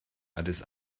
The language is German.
addis